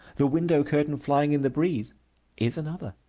the window curtain flying in the breeze is another.